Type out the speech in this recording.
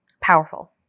Powerful